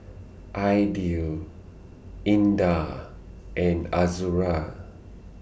Aidil Indah and Azura